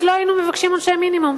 לא היינו מבקשים עונשי מינימום,